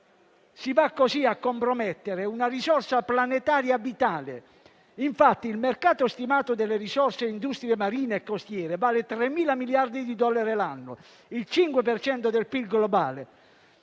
Si va così a compromettere una risorsa planetaria vitale. Il mercato stimato delle risorse industrie marine e costiere vale infatti 3.000 miliardi di dollari l'anno, pari al 5 per